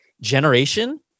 generation